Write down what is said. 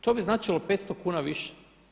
To bi značilo 500 kuna više.